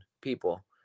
people